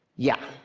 yeah.